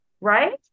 right